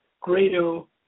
Grado